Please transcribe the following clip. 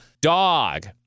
dog